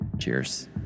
Cheers